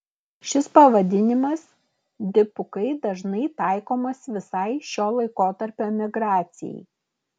šis pavadinimas dipukai dažnai taikomas visai šio laikotarpio emigracijai